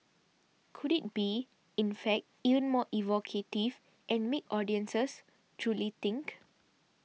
could it be in fact even more evocative and make audiences truly think